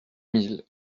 mille